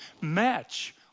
match